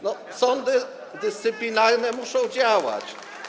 No, sądy dyscyplinarne muszą działać.